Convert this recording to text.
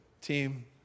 team